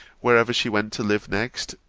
wherever she went to live next,